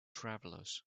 travelers